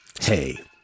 Hey